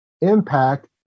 impact